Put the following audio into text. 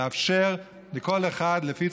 לאפשר לכל אחד לפי צרכיו,